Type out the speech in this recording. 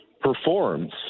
performs